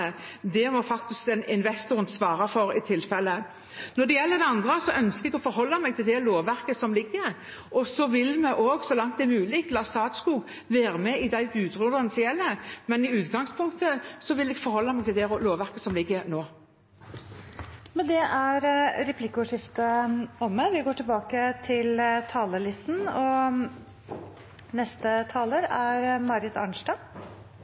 Det må faktisk den investoren svare for, i tilfelle. Når det gjelder det andre, ønsker jeg å forholde meg til det lovverket som ligger. Så vil vi også, så langt det er mulig, la Statskog være med i de budrundene som gjelder, men i utgangspunktet vil jeg forholde meg til det lovverket som ligger nå. Replikkordskiftet er omme.